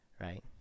right